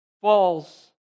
falls